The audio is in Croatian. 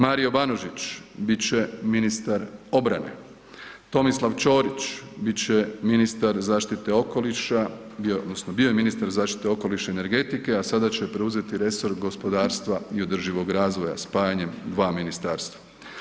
Mario Banožić bit će ministar obrane, Tomislav Ćorić bit će ministar zaštite okoliša, odnosno bio je ministar zaštite okoliša i energetike, a sada će preuzeti resor gospodarstva i održivog razvoja spajanjem dva ministarstva.